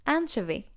Anchovy